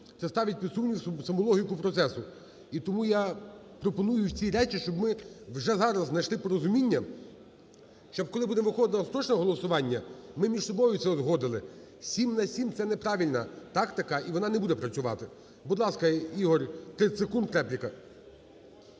це ставить під сумнів саму логіку процесу. І тому я пропоную ці речі, щоб ми вже зараз знайшли порозуміння, щоб коли будемо виходити на остаточне голосування, ми між собою це узгодили. Сім на сім – це неправильна тактика, і вона не буде працювати. Будь ласка, Ігор. 30 секунд. Репліка.